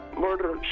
Murder